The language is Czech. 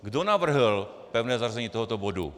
Kdo navrhl pevné zařazení tohoto bodu?